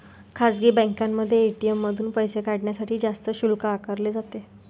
खासगी बँकांमध्ये ए.टी.एम मधून पैसे काढण्यासाठी जास्त शुल्क आकारले जाते